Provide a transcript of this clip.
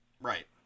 Right